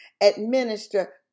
administer